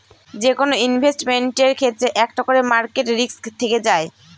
যেকোনো ইনভেস্টমেন্টের ক্ষেত্রে একটা করে মার্কেট রিস্ক থেকে যায়